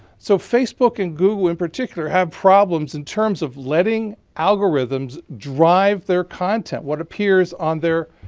so facebook and google in particular have problems in terms of letting algorithms drive their content, what appears on their